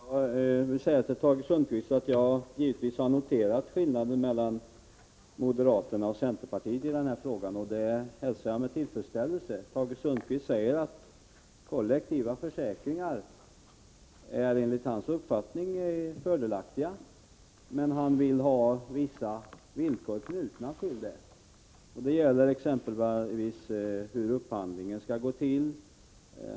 Herr talman! Jag vill säga till Tage Sundkvist att jag givetvis noterat skillnaden mellan moderaterna och centerpartiet i denna fråga, och den skillnaden hälsar jag med tillfredsställelse. Tage Sundkvist säger att kollektiva försäkringar enligt hans uppfattning är fördelaktiga, men han vill ha vissa villkor uppfyllda. Det gäller exempelvis hur upphandlingen skall gå till.